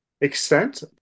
extent